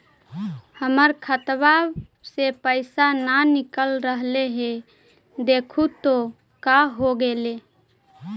हमर खतवा से पैसा न निकल रहले हे देखु तो का होगेले?